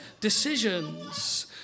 decisions